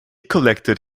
collected